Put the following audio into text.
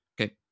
Okay